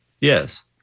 Yes